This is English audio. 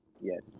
Yes